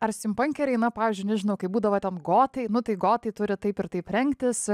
ar stimpankeriai na pavyzdžiui nežinau kai būdavo ten gotai nu tai gotai turi taip ir taip rengtis